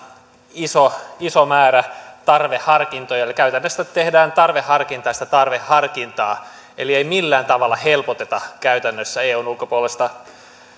iso iso määrä tarveharkintoja eli käytännössä tehdään tarveharkintaista tarveharkintaa eli ei millään tavalla helpoteta käytännössä eun ulkopuolista